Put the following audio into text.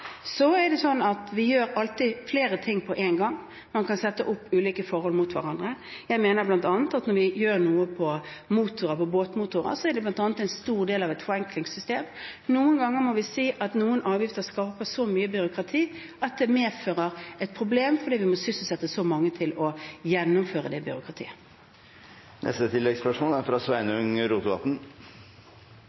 ting på en gang. Man kan sette ulike forhold opp mot hverandre. Jeg mener bl.a. at når vi gjør noe med båtmotorer, er det bl.a. en stor del av et forenklingssystem. Noen ganger må vi si at noen avgifter skaper så mye byråkrati at det medfører et problem fordi vi må sysselsette så mange for å gjennomføre det byråkratiet. Sveinung Rotevatn – til oppfølgingsspørsmål. Det er